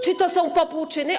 Czy to są popłuczyny?